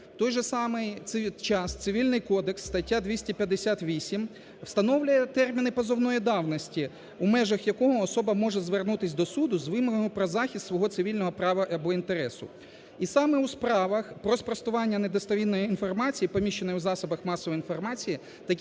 той же час Цивільний кодекс статті 258 встановлює терміни позовної давності, в межах якого особа може звернутись до суду з вимогами про захист свого цивільного права або інтересу. І саме у справах про спростування недостовірної інформації, поміщеної у засобах масової інформації, такий